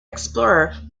explorer